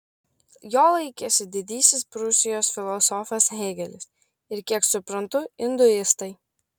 jo laikėsi didysis prūsijos filosofas hėgelis ir kiek suprantu induistai